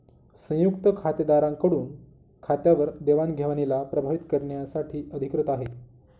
संयुक्त खातेदारा कडून खात्यावर देवाणघेवणीला प्रभावीत करण्यासाठी अधिकृत आहे